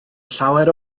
llawer